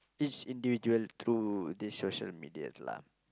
each individual through this social media lah